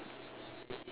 ya sure